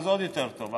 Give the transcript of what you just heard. אז עוד יותר טוב,